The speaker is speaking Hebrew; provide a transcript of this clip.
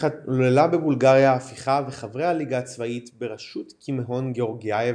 התחוללה בבולגריה הפיכה וחברי הליגה הצבאית בראשות קימון גאורגייב